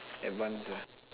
advanced ah